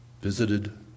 visited